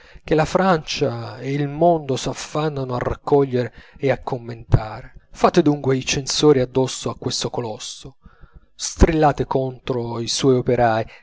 che la francia e il mondo s'affannano a raccogliere e a commentare fate dunque i censori addosso a questo colosso strillate contro i suoi operai